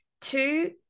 two